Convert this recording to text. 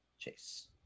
Chase